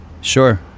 Sure